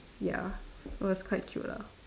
ya it was quite cute lah